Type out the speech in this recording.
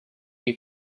you